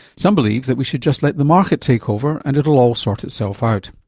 some believe that we should just let the market take over, and it'll all sort itself out.